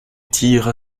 tire